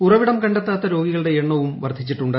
ഉറവിടം കണ്ടെത്താത്ത രോഗിക്ളുടെ എണ്ണവും വർദ്ധിച്ചിട്ടുണ്ട്